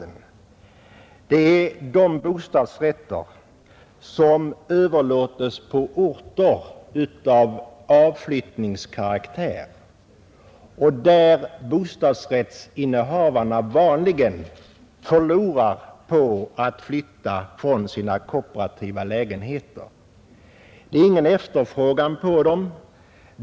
Det första är bostadsrätter som överlåtes på orter av avfolkningskaraktär, där bostadsrättsinnehavarna vanligen forlorar på att flytta från sina kooperativa lägenheter. Det är nämligen ingen efterfrågan på dem.